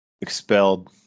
expelled